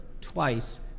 twice